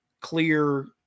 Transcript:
clear